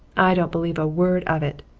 i don't believe a word of it.